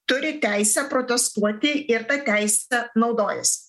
turi teisę protestuoti ir ta teise naudojasi